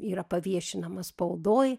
yra paviešinamas spaudoj